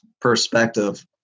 perspective